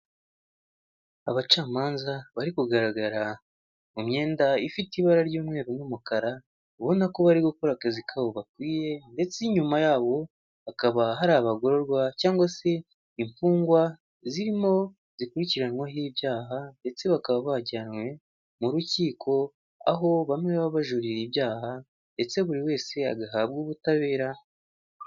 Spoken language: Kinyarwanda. Abacamanza bari kugaragara mu myenda ifite ibara ry'umweru n'umukara, ubona ko bari gukora akazi kabo gakwiye, ndetse nyuma yawo hakaba hari abagororwa cyangwa se imfungwa zirimo zikurikiranyweho ibyaha, ndetse bakaba bajyanywe mu rukiko aho bamwe baba bajuririra ibyaha ndetse buri wese agahabwe ubutabera.